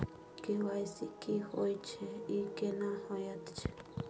KYC की होय छै, ई केना होयत छै?